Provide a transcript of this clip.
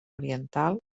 oriental